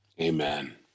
Amen